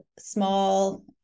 small